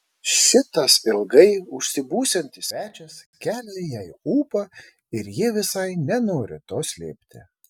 šitas ilgai užsibūsiantis svečias kelia jai ūpą ir ji visai nenori to slėpti